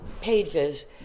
pages